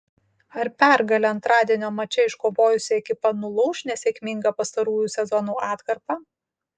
ar pergalę antradienio mače iškovojusi ekipa nulauš nesėkmingą pastarųjų sezonų atkarpą